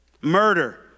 Murder